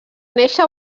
néixer